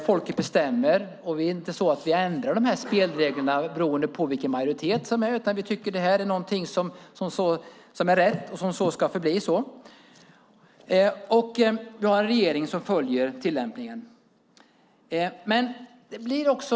Folket bestämmer, och vi ändrar inte spelreglerna beroende på vilken majoritet det är, utan vi tycker att det här är något som är rätt och som så ska förbli. Vi har en regering som följer tillämpningen.